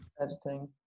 editing